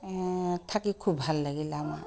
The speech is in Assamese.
থাকি খুব ভাল লাগিলে আমাৰ